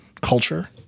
culture